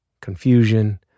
confusion